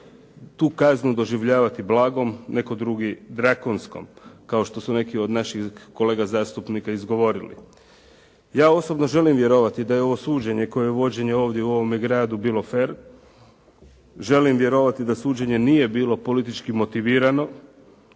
tu kaznu doživljavati blagom, netko drugi drakonskom kao što su neki od naših kolega zastupnika izgovorili. Ja osobno želim vjerovati da je ovo suđenje koje je vođeno ovdje u ovome gradu bilo fer. Želim vjerovati da suđenje nije bilo politički motivirano.